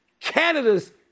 Canada's